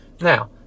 Now